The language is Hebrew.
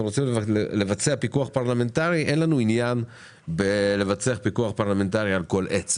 רוצים לבצע פיקוח פרלמנטרי אין לנו עניין לעשות את זה על כל עץ,